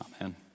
Amen